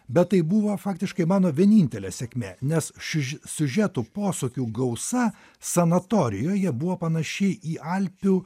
bet tai buvo faktiškai mano vienintelė sėkmė nes šiuž siužeto posūkių gausa sanatorijoje buvo panaši į alpių